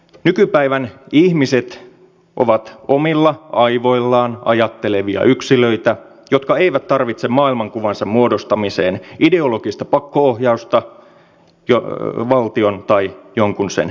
nykypäivän ihmiset ovat omilla aivoillaan ajattelevia yksilöitä jotka eivät tarvitse maailmankuvansa muodostamiseen ideologista pakko ohjausta valtion tai jonkin sen koneiston suunnalta